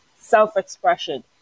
self-expression